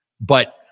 but-